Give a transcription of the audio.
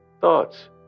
thoughts